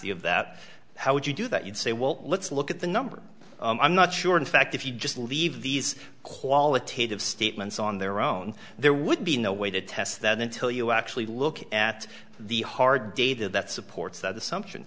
of that how would you do that you'd say well let's look at the numbers i'm not sure in fact if you just leave these qualitative statements on their own there would be no way to test that until you actually look at the hard data that supports that assumption